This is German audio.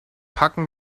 packen